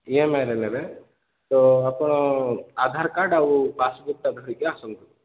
ଇଏମଆଇରେ ନେବେ ତ ଆପଣ ଆଧାର୍ କାର୍ଡ଼ ଆଉ ପାସବୁକ୍ଟା ଧରିକି ଆସନ୍ତୁ